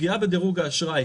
פגיעה בדירוג האשראי.